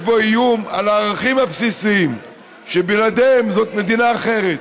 יש בו איום על הערכים הבסיסיים שבלעדיהם זאת מדינה אחרת,